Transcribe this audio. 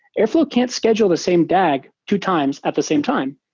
airflow can't schedule the same dag two times at the same time,